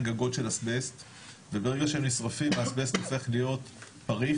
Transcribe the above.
גגות של אסבסט וברגע שהם נשרפים האסבסט הופך להיות פריך,